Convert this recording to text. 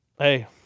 Hey